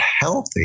healthy